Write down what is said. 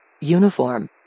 Uniform